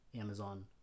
Amazon